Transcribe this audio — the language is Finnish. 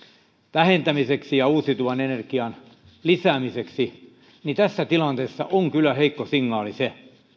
vähentämiseksi ja uusiutuvan energian lisäämiseksi niin tässä tilanteessa on kyllä heikko signaali se